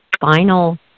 final